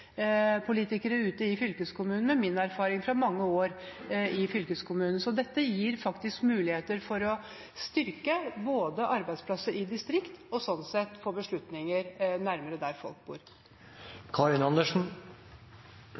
ute i fylkeskommunene, med min erfaring fra mange år i fylkeskommunen. Dette gir muligheter for både å styrke arbeidsplassene i distriktene og sånn sett få beslutninger nærmere der folk